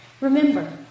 Remember